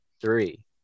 three